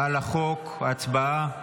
הצבעה.